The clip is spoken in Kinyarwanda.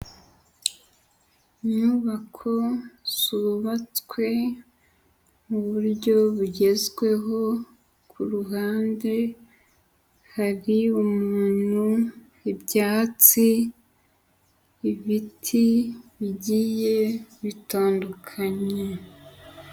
Inyubako zubatswe mu buryo bugezweho, ku ruhande hari umuntu, ibyatsi, ibiti bigiye bitandukanye.